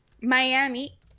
miami